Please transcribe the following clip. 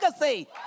legacy